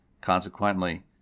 Consequently